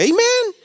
Amen